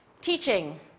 teaching